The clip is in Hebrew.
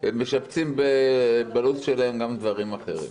משבצים בלו"ז שלהם גם דברים אחרים,